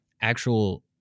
actual